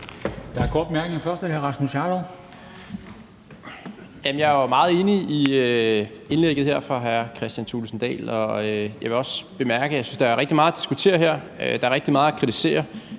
er det hr. Rasmus Jarlov. Kl. 13:38 Rasmus Jarlov (KF): Jeg er jo meget enig i indlægget her fra hr. Kristian Thulesen Dahl. Jeg vil også bemærke, at jeg synes, der er rigtig meget at diskutere her, og at der er rigtig meget at kritisere: